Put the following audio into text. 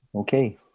okay